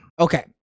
okay